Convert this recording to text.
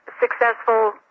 successful